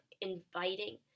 inviting